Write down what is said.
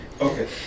Okay